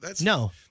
No